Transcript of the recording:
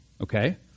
Okay